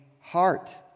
heart